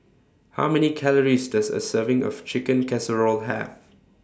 How Many Calories Does A Serving of Chicken Casserole Have